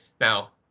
Now